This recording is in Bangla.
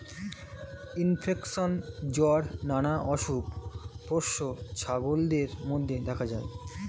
ইনফেকশন, জ্বর নানা অসুখ পোষ্য ছাগলদের মধ্যে দেখা যায়